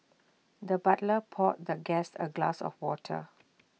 the butler poured the guest A glass of water